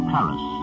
Paris